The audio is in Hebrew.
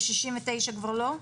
ו-69 כבר לא?